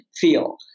feel